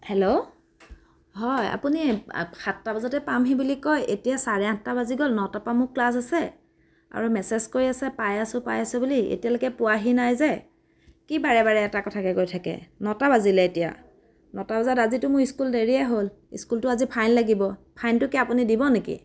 hello হয় আপুনি সাতটা বজাতে পামহি বুলি কৈ এতিয়া চাৰে আঠটা বাজি গ'ল নটা পৰা মোৰ ক্লাছ আছে আৰু মেছেজ কৰি আছে পাই আছো পাই আছো বুলি এতিয়া লৈকে পোৱাহি নাই যে কি বাৰে বাৰে এটা কথাকে কৈ থাকে নটা বাজিলে এতিয়া নটা বজাত আজিটো মোৰ স্কুল দেৰিয়ে হ'ল স্কুলটো আজি ফাইন লাগিব ফাইনটো কি আপুনি দিব নেকি